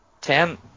Ten